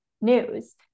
news